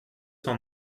cent